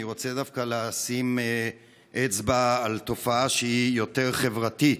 אני רוצה דווקא לשים אצבע על תופעה שהיא יותר חברתית.